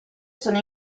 sono